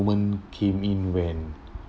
moment came in when